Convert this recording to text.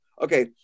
okay